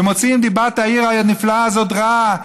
ומוציאים דיבת העיר הנפלאה הזאת רעה,